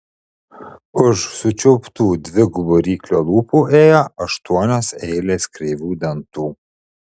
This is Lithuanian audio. už sučiauptų dvigubų ryklio lūpų ėjo aštuonios eilės kreivų dantų